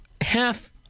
half